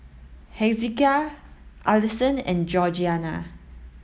Hezekiah Alyson and Georgianna